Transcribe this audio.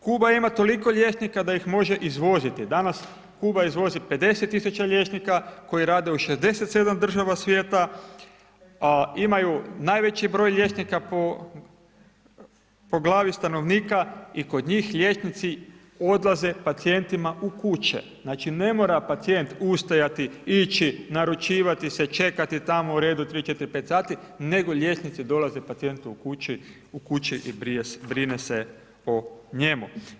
Kuba ima toliko liječnika da ih može izvoziti, danas Kuba izvozi 50.000 liječnika koji rade u 67 država svijeta, a imaju najveći broj liječnika po glavi stanovnika i kod njih liječnici odlaze pacijentima u kuće, znači ne mora pacijent ustajati, ići naručivati se, čekati tamo u redu 3, 4, 5 sati nego liječnici dolaze pacijentu u kući i brine se o njemu.